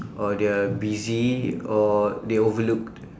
or they are busy or they overlooked